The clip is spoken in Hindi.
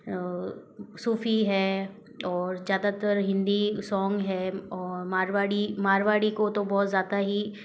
सूफी है और ज़्यादातर हिंदी सॉन्ग है और मारवाड़ी मारवाड़ी को तो बहुत ज़्यादा ही